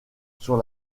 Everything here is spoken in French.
sur